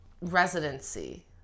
residency